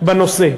החקלאות בנושא.